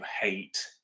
hate